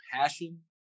passion